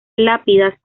lápidas